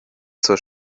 zur